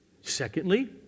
Secondly